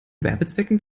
werbezwecken